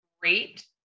great